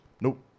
Nope